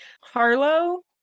Harlow